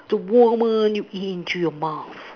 the warmer eats into your mouth